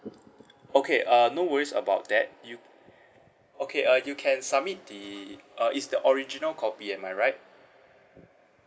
okay err no worries about that you okay uh you can submit the uh it's the original copy am I right